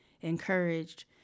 encouraged